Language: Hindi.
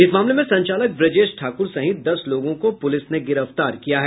इस मामले में संचालक ब्रजेश ठाकुर सहित दस लोगों को पुलिस ने गिरफ्तार किया है